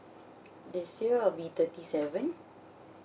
this year I'll be thirty seven